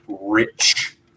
rich